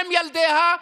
עם ילדיה,